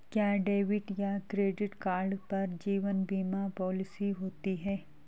क्या डेबिट या credit card पर जीवन बीमा पॉलिसी होती है?